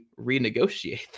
renegotiate